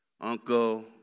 uncle